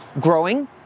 growing